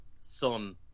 Son